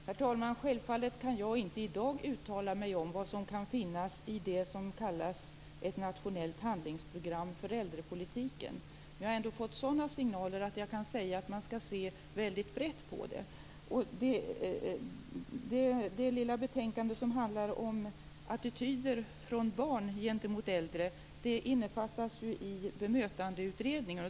Herr talman! Självfallet kan jag inte i dag uttala mig om vad som kan finnas i det som kallas Ett nationellt handlingsprogram för äldrepolitiken. Jag har ändå fått sådana signaler att jag kan säga att man skall se väldigt brett på det. Det lilla betänkande som handlar om barns attityder gentemot äldre innefattas i bemötandeutredningen.